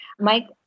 Mike